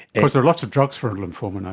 because there are lots of drugs for lymphoma now,